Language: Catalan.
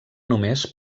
només